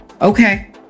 Okay